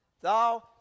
thou